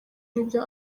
nibyo